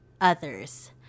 others